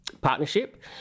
partnership